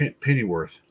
Pennyworth